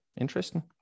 interesting